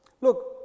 Look